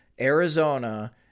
Arizona